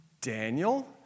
Daniel